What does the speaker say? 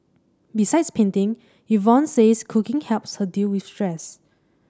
besides painting Yvonne says cooking helps her deal with stress